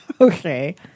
Okay